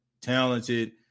talented